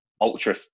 ultra